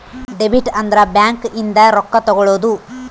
debit ಅಂದ್ರ bank ಇಂದ ರೊಕ್ಕ ತೆಕ್ಕೊಳೊದು